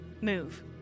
Move